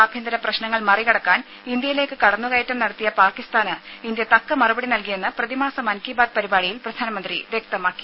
ആഭ്യന്തര പ്രശ്നങ്ങൾ മറി കടക്കാൻ ഇന്ത്യയിലേക്ക് കടന്നു കയറ്റം നടത്തിയ പാക്കിസ്ഥാന് ഇന്ത്യ തക്ക മറുപടി നൽകിയെന്ന് പ്രതിമാസ മൻ കി ബാത് പരിപാടിയിൽ പ്രധാനമന്ത്രി വ്യക്തമാക്കി